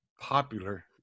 popular